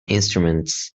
instruments